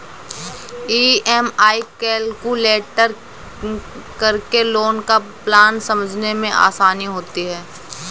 EMI calculate करके loan का plan समझने में आसानी होती है